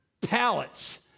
pallets